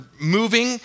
moving